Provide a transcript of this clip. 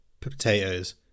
potatoes